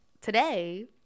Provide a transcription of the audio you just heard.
today